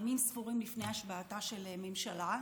ימים ספורים לפני השבעתה של ממשלה,